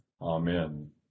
Amen